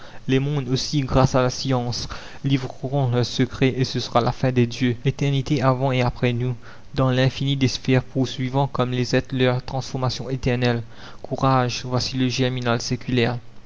les mondes aussi grâce à la science livreront leurs secrets et ce sera la fin des dieux l'éternité avant et après nous dans l'infini des sphères poursuivant comme les êtres leurs transformations éternelles courage voici le germinal séculaire